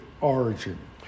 origin